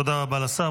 תודה רבה לשר.